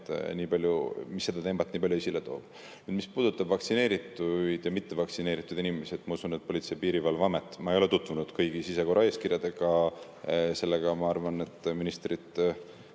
on nii palju, mis seda teemat nii palju esile toob. Mis puudutab vaktsineeritud ja mittevaktsineeritud inimesi, siis ma usun, et Politsei‑ ja Piirivalveametis – ma ei ole tutvunud kõigi sisekorraeeskirjadega, ma arvan, et ministrid